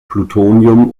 plutonium